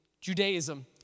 Judaism